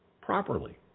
properly